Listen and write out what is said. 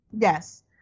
Yes